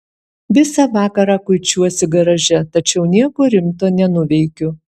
visą vakarą kuičiuosi garaže tačiau nieko rimto nenuveikiu